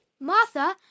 Martha